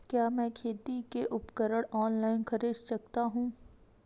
क्या मैं खेती के उपकरण ऑनलाइन खरीद सकता हूँ?